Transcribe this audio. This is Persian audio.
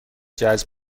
جذب